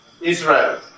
Israel